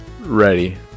ready